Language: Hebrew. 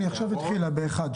היא התחילה עכשיו ב-1.